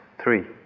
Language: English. three